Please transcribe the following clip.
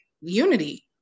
unity